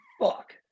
fuck